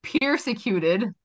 persecuted